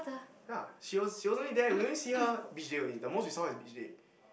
ya she was she was only there we only see her beach day only the most we saw her is beach day